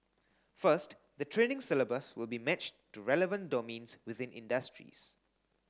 first the training syllabus will be matched to relevant domains within industries